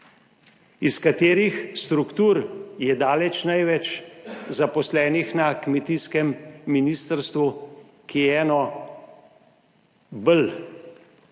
iz katerih struktur je daleč največ zaposlenih na kmetijskem ministrstvu, ki je eno bolj